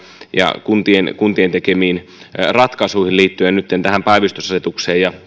ja kuntien kuntien tekemistä ratkaisuista liittyen nytten tähän päivystysasetukseen ja